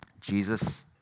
Jesus